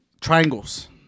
triangles